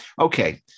Okay